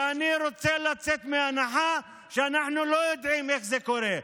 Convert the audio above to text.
ואני רוצה לצאת מהנחה שאנחנו לא יודעים איך זה קורה.